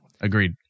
Agreed